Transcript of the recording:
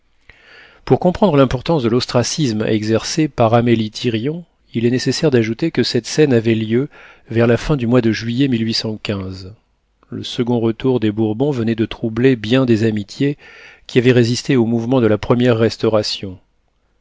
pour comprendre l'importance de l'ostracisme exercé par amélie thirion il est nécessaire d'ajouter que cette scène avait lieu vers la fin du mois de juillet le second retour des bourbons venait de troubler bien des amitiés qui avaient résisté au mouvement de la première restauration